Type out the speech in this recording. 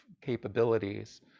capabilities